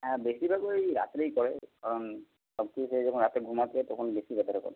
হ্যাঁ বেশিরভাগ ওই রাত্রেই করে কারণ সব কিছু সেরে যখন রাতে ঘুমাতে যাই তখন বেশি ব্যথাটা করে